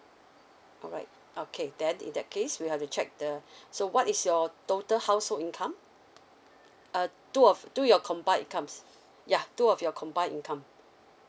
alright okay then in that case we have to check the so what is your total household income uh two of do your combined comes yeuh two of your combined income